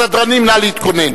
הסדרנים, נא להתכונן.